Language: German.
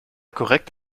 korrekt